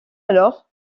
alors